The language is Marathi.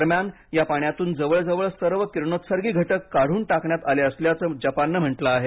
दरम्यान या पाण्यातून जवळजवळ सर्व किरणोत्सर्गी घटक काढून टाकण्यात आले असल्याचं जपाननं म्हटलं आहे